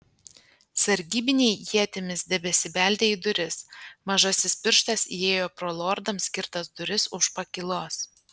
sargybiniai ietimis tebesibeldė į duris mažasis pirštas įėjo pro lordams skirtas duris už pakylos